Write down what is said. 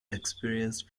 experienced